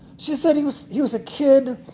she said he was he was a kid,